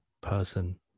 person